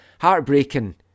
Heartbreaking